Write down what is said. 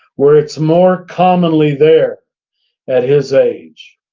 where it's more commonly there at his age.